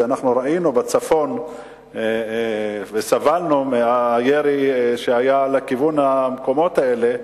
בצפון ראינו וסבלנו מהירי שהיה לכיוון המקומות האלה,